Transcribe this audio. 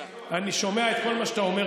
אני שומע את כל מה שאתה אומר,